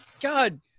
God